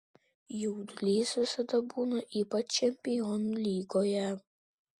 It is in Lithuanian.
jaudulys visada būna ypač čempionų lygoje